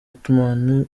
ottoman